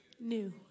new